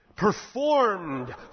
performed